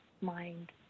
mind